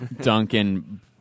Duncan